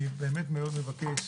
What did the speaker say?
אני באמת מאוד מבקש